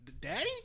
Daddy